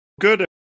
Good